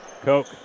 Coke